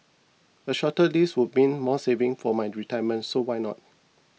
a shorter lease would been more savings for my retirement so why not